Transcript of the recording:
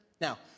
Now